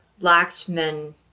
Lachman